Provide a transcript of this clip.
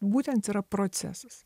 būtent yra procesas